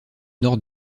nord